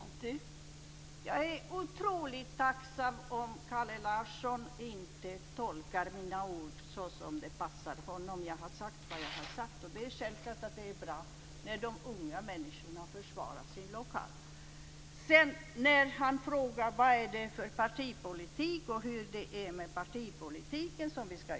Fru talman! Jag är otroligt tacksam om Kalle Larsson inte tolkar mina ord såsom det passar honom. Jag har sagt vad jag har sagt. Det är självklart att det är bra när de unga människorna försvarar sin lokal. Kalle Larsson frågar vad det är för partipolitik och hur vi ska jobba med partipolitiken.